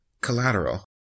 collateral